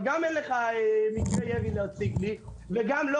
אבל גם אין לך מקרי ירי להציג לי וגם לא